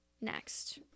Next